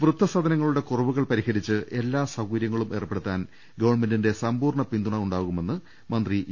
വൃദ്ധസദനങ്ങളുടെ കുറവുകൾ പരിഹരിച്ച് എല്ലാ സൌകര്യങ്ങളും ഏർപ്പെടുത്താൻ ഗവൺമെന്റിന്റെ സമ്പൂർണ പിന്തുണ ഉണ്ടാകുമെന്ന് മന്ത്രി ഇ